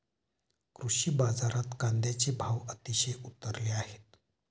कृषी बाजारात कांद्याचे भाव अतिशय उतरले आहेत